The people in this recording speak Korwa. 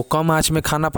तकनीक के कोनो जरूरत